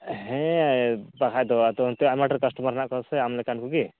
ᱦᱮᱸ ᱵᱟᱠᱷᱟᱱ ᱫᱚ ᱟᱫᱚ ᱚᱱᱛᱮ ᱟᱭᱢᱟ ᱰᱷᱮᱨ ᱠᱟᱥᱴᱚᱢᱟᱨ ᱦᱮᱱᱟᱜ ᱠᱚᱣᱟ ᱥᱮ ᱟᱢᱞᱮᱠᱟᱱ ᱠᱚᱜᱮ